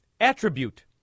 attribute